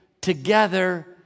together